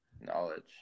knowledge